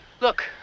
look